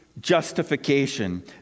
justification